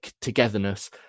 togetherness